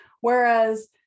Whereas